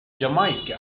jamaica